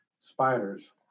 spiders